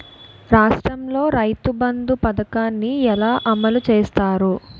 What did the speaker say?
రాష్ట్రంలో రైతుబంధు పథకాన్ని ఎలా అమలు చేస్తారు?